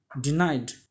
denied